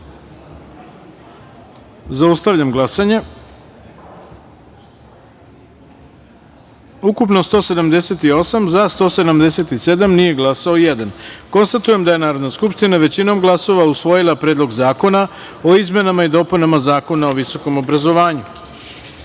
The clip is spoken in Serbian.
taster. Zaustavljam glasanje: ukupno – 178, za – 177, nije glasao – jedan. Konstatujem da je Narodna skupština većinom glasova usvojila Predlog zakona o izmenama i dopunama Zakona o visokom obrazovanju. Treća